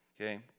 Okay